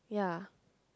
yeah